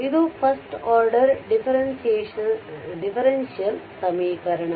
ಇದು first order differential ಸಮೀಕರಣ